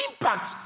impact